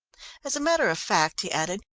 as a matter of fact, he added,